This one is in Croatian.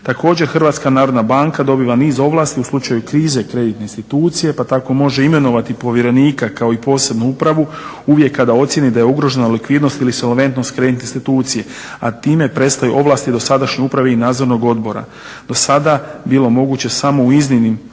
Također HNB dobiva niz ovlasti u slučaju krize kreditne institucije, pa tako može imenovati povjerenika kao i posebnu upravu. Uvijek kada ocijeni da je ugrožena likvidnost ili insolventnost kreditne institucije, a time prestaju ovlasti dosadašnjoj upravi i nadzornog odbora. Do sada je bilo moguće samo u iznimnim